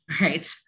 Right